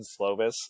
Slovis